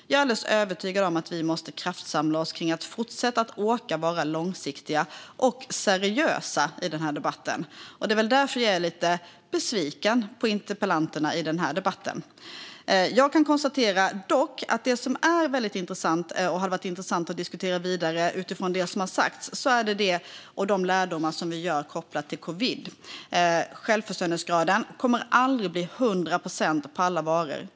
Jag är övertygad om att vi måste kraftsamla för att fortsätta orka vara långsiktiga och seriösa i debatten. Det är väl därför jag är lite besviken på motdebattörerna i den här debatten. Jag kan dock konstatera att något som är väldigt intressant och hade varit intressant att diskutera vidare utifrån det som har sagts är de lärdomar som vi drar kopplat till covid. Självförsörjningsgraden kommer aldrig att bli 100 procent på alla varor.